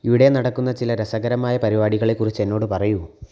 ഇവിടെ നടക്കുന്ന ചില രസകരമായ പരിപാടികളെ കുറിച്ച് എന്നോട് പറയൂ